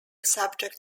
subject